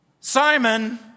Simon